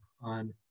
on